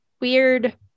weird